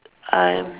I'm